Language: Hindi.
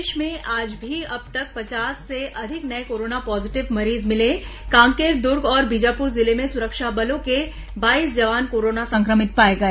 प्रदेश में आज भी अब तक पचास से अधिक नये कोरोना पॉजीटिव मरीज मिले कांकेर दुर्ग और बीजापुर जिले में सुरक्षा बलों के बाईस जवान कोरोना संक्रमित पाए गए